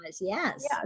yes